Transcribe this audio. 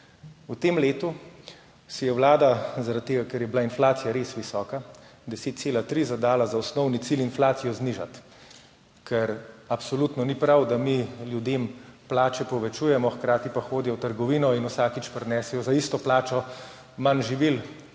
V tem letu si je vlada zaradi tega, ker je bila inflacija res visoka, 10,3, zadala za osnovni cilj inflacijo znižati. Ker absolutno ni prav, da mi ljudem plače povečujemo, hkrati pa hodijo v trgovino in vsakič prinesejo za isto plačo manj živil